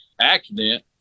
accident